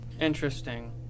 Interesting